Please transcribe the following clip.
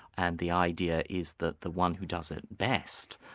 and the idea is that the one who does it best,